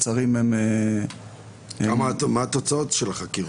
מה התוצאות של החקירות?